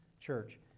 Church